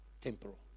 temporal